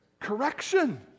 correction